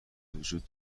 وجود